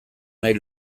nahi